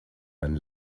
man